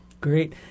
Great